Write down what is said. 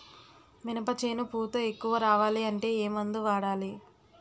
మినప చేను పూత ఎక్కువ రావాలి అంటే ఏమందు వాడాలి?